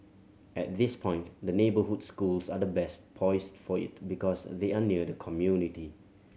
at this point the neighbourhood schools are best poised for it because they are near the community